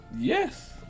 Yes